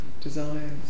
desires